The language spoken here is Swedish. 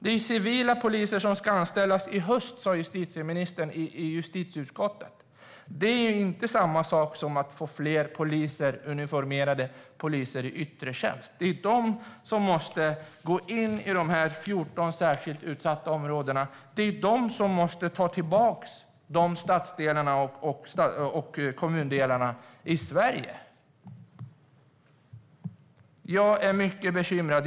Det är civila poliser som ska anställas i höst, sa justitieministern i justitieutskottet. Det är inte samma sak som att få fler uniformerade poliser i yttre tjänst. Det är de som måste gå i in dessa 14 särskilt utsatta områden. Det är de som måste ta tillbaka dessa stadsdelar och kommundelar i Sverige. Jag är mycket bekymrad.